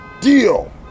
Deal